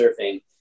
surfing